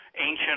Ancient